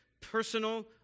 personal